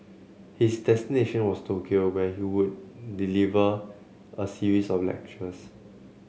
his destination was Tokyo where he would deliver a series of lectures